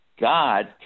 God